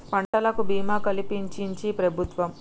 పంటలకు భీమా కలిపించించి ప్రభుత్వం